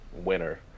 winner